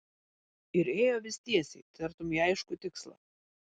ir ėjo vis tiesiai tartum į aiškų tikslą